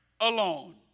alone